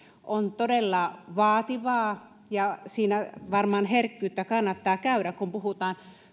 on todella herkkyyttä vaativaa ja siinä varmaan kannattaa käyttää harkintaa kun puhutaan